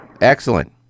Excellent